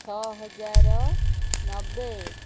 ଛଅ ହଜାର ନବେ